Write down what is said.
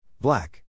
Black